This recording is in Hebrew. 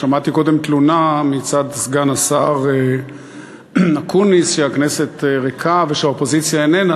שמעתי קודם תלונה מצד סגן השר אקוניס שהכנסת ריקה ושהאופוזיציה איננה,